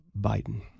Biden